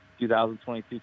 2022